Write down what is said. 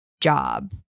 job